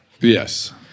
Yes